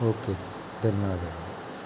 okay ಧನ್ಯವಾದಗಳು